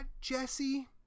Jesse